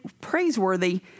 praiseworthy